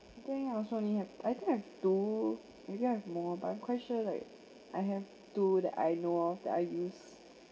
I think I also only have I think I have two maybe I have more but I'm quite sure like I have two that I know of that I use